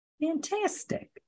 Fantastic